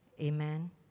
Amen